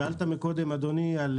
שאלת קודם, אדוני, על